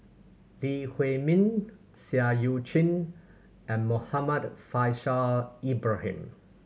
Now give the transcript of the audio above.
Lee Huei Min Seah Eu Chin and Muhammad Faishal Ibrahim